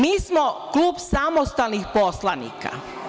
Mi smo Klub samostalnih poslanika.